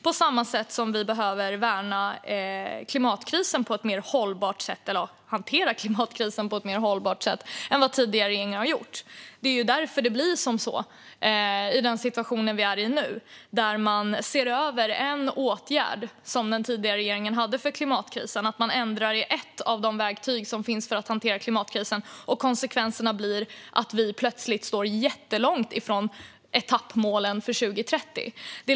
På samma sätt behöver vi hantera klimatkrisen på ett mer hållbart sätt än vad tidigare regeringar har gjort. Det är ju därför det blir så här i den situation vi befinner oss i nu. Man ser över en åtgärd som den tidigare regeringen hade för klimatkrisen och ändrar i ett av de verktyg som finns för att hantera klimatkrisen, och konsekvenserna blir att vi plötsligt står jättelångt ifrån etappmålen för 2030.